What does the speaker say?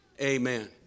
Amen